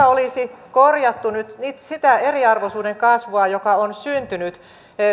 olisi korjattu nyt sitä eriarvoisuuden kasvua joka on syntynyt